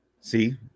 see